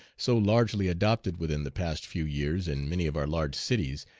so largely adopted within the past few years in many of our large cities,